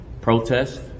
protest